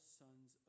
sons